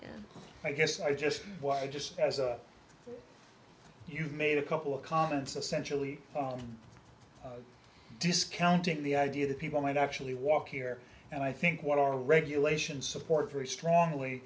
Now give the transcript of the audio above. help i guess i just what i just as you've made a couple of comments essentially discounting the idea that people might actually walk here and i think what our regulations support very strongly